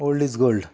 old is gold